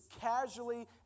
casually